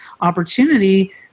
opportunity